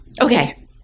okay